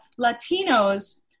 latinos